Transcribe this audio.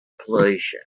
pollution